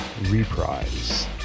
Reprise